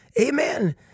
Amen